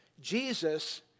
Jesus